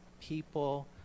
people